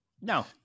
No